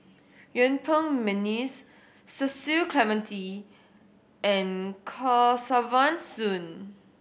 Yuen Peng McNeice Cecil Clementi and Kesavan Soon